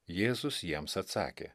jėzus jiems atsakė